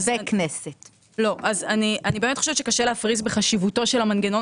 אני באמת חושבת שקשה להפריז בחשיבותו של המנגנון